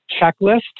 checklist